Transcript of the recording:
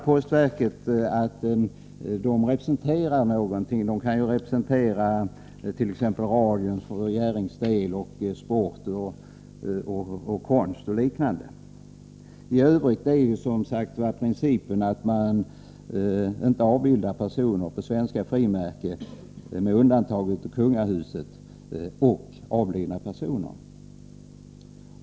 Postverket menar att dessa personer representerar någonting — radion för Jerrings del, sport, konst och liknande. I övrigt är som sagt var principen att man inte avbildar nu levande personer på svenska frimärken med undantag av kungahuset.